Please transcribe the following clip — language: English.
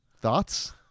Thoughts